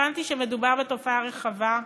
הבנתי שמדובר בתופעה רחבה,